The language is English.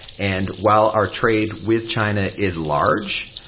and while our trade with china is large,